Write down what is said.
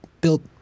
built